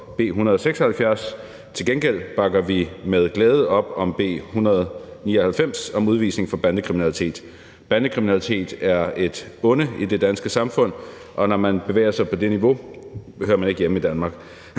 B 176. Til gengæld bakker vi med glæde op om B 199 om udvisning for bandekriminalitet. Bandekriminalitet er et onde i det danske samfund, og når man bevæger sig på det niveau, hører man ikke hjemme i Danmark.